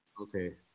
Okay